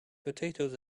potatoes